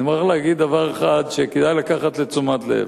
אני מוכרח להגיד דבר אחד שכדאי לקחת לתשומת לב: